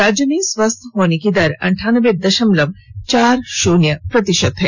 राज्य में स्वस्थ होने की दर अंठानबे दशमलव चार शून्य प्रतिशत है